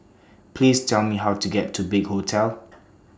Please Tell Me How to get to Big Hotel